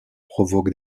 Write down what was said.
provoque